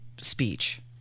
speech